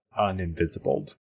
uninvisibled